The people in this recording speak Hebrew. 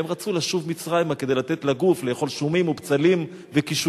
הם רצו לשוב מצרימה כדי לתת לגוף לאכול שומים ובצלים וקישואים,